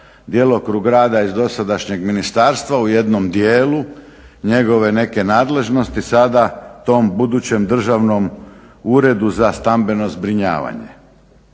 djelokrug rada iz dosadašnjeg ministarstva u jednom dijelu njegove neke nadležnosti, sada tom budućem državnom uredu za stambeno zbrinjavanje.